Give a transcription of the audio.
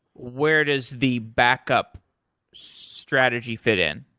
where does the backup strategy fit in?